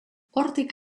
hortik